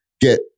get